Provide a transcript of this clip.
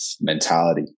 mentality